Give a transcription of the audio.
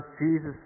Jesus